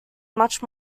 much